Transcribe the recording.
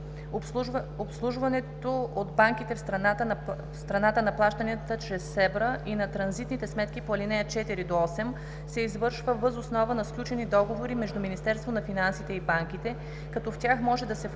„Обслужването от банките в страната на плащанията чрез СЕБРА и на транзитните сметки по ал. 4 – 8 се извършва въз основа на сключени договори между Министерството на финансите и банките, като в тях може да се включва